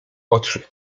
oczy